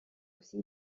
aussi